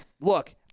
Look